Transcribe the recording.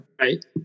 Right